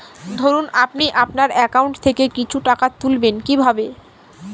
ধরুন আপনি আপনার একাউন্ট থেকে কিছু টাকা তুলবেন কিভাবে?